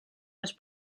los